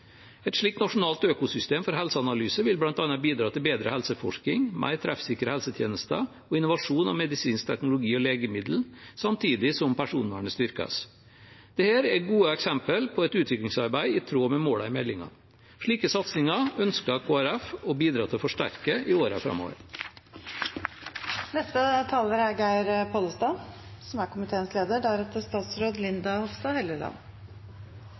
Et slikt nasjonalt økosystem for helseanalyse vil bl.a. bidra til bedre helseforskning, mer treffsikre helsetjenester og innovasjon av medisinsk teknologi og legemidler, samtidig som personvernet styrkes. Dette er gode eksempler på et utviklingsarbeid i tråd med målene i meldingen. Slike satsinger ønsker Kristelig Folkeparti å bidra til å forsterke i årene framover. Digitaliseringa gjev visse regulatoriske utfordringar som denne meldinga òg er